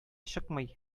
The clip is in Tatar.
чыкмый